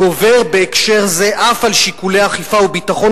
גובר בהקשר הזה אף על שיקולי אכיפה וביטחון,